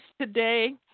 today